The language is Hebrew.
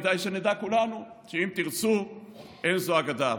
כדאי שנדע כולנו שאם תרצו אין זו אגדה,